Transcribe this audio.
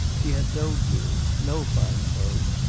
she had no jewels, no fine clothes,